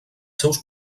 seus